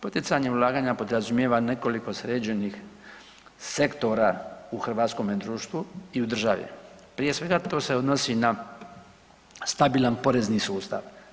Poticanje ulaganja podrazumijeva nekoliko sređenih sektora u hrvatskome društvu i u državi, prije svega to se odnosi na stabilan porezni sustav.